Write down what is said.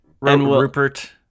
rupert